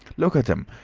look at em!